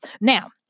Now